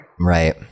Right